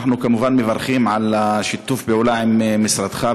אנחנו כמובן מברכים על שיתוף הפעולה עם משרדך,